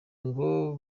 ngo